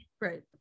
Right